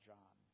John